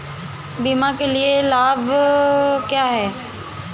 बीमा के लाभ क्या हैं?